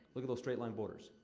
look at those straight-line borders.